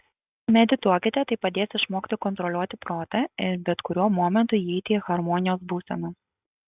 medituokite tai padės išmokti kontroliuoti protą ir bet kuriuo momentu įeiti į harmonijos būseną